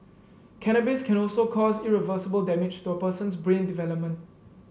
cannabis can also cause irreversible damage to a person's brain development